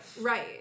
right